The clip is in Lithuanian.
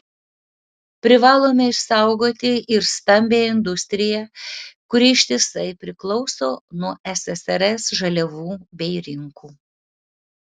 privalome išsaugoti ir stambiąją industriją kuri ištisai priklauso nuo ssrs žaliavų bei rinkų